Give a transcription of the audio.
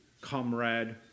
comrade